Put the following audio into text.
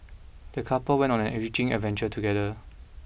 the couple went on an enriching adventure together